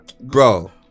bro